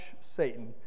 Satan